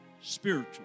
spiritual